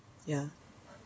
ya